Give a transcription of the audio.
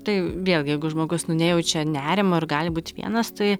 tai vėlgi jeigu žmogus nu nejaučia nerimo ir gali būt vienas tai